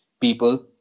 people